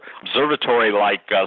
observatory-like